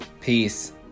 Peace